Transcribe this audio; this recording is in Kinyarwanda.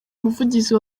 umuvugizi